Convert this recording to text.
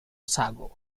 otago